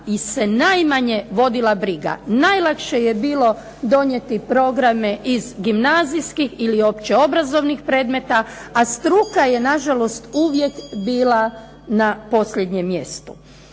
se najmanje vodila briga. Najlakše je bilo donijeli programe iz gimnazijskih ili opće obrazovnih predmeta a struka je nažalost uvijek bila na posljednjem mjestu.